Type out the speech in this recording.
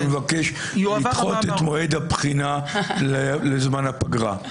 אני מבקש לדחות את מועד הבחינה לזמן הפגרה.